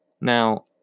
Now